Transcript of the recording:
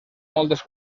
moltes